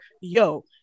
Yo